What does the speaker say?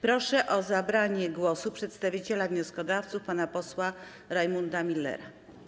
Proszę o zabranie głosu przedstawiciela wnioskodawców pana posła Rajmunda Millera.